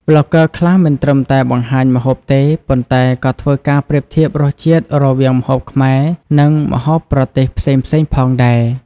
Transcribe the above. ប្លុកហ្គើខ្លះមិនត្រឹមតែបង្ហាញម្ហូបទេប៉ុន្តែក៏ធ្វើការប្រៀបធៀបរសជាតិរវាងម្ហូបខ្មែរនិងម្ហូបប្រទេសផ្សេងៗផងដែរ។